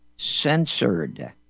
censored